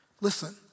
Listen